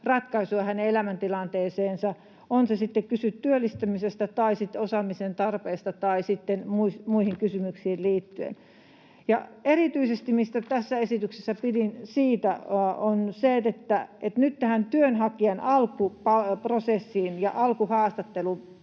ratkaisua hänen elämäntilanteeseensa, on sitten kyse työllistymisestä tai osaamisen tarpeesta tai muista kysymyksistä. Erityinen asia, mistä tässä esityksessä pidin, on se, että nyt tähän työnhakijan alkuprosessiin ja alkuhaastatteluun